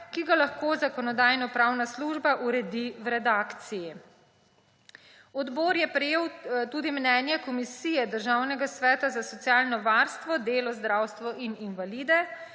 ki ga lahko Zakonodajno-pravna služba uredi v redakciji. Odbor je prejel tudi mnenje Komisije Državnega sveta za socialno varstvo, delo, zdravstvo in invalide,